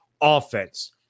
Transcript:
offense